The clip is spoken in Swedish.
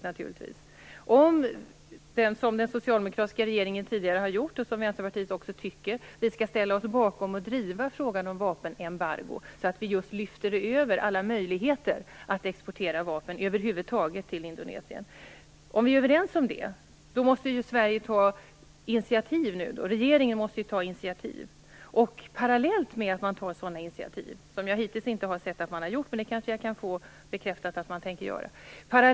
Om vi är överens om att vi, som den socialdemokratiska regeringen tidigare har gjort och som också Vänsterpartiet tycker, skall driva frågan om vapenembargo, så att vi lyfter bort alla möjligheter att över huvud taget exportera vapen till Indonesien, måste Sveriges regering nu ta initiativ. Jag har hittills inte sett att man har tagit sådana initiativ, men jag kan kanske få bekräftat att man tänker göra sådana.